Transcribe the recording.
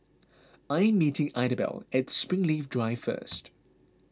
I am meeting Idabelle at Springleaf Drive first